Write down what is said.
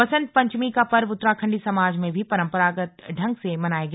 वसंत पंचमी का पर्व उत्तराखंडी समाज में भी परंपरागत ढंग से मनाया गया